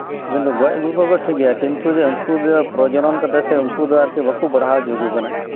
ᱠᱤᱱᱛᱩ ᱜᱚᱡᱟᱹᱜᱩ ᱠᱚᱣᱟᱠᱩ ᱴᱷᱤᱠᱜᱮᱭᱟ ᱠᱤᱱᱛᱩ ᱩᱱᱠᱩᱡᱮ ᱯᱨᱚᱡᱚᱱᱚᱱ ᱠᱟᱛᱮᱜ ᱩᱱᱠᱩᱡᱮ ᱵᱟᱠᱩ ᱵᱟᱲᱦᱟᱣ ᱩᱪᱩᱟᱠᱩ ᱠᱟᱱᱟ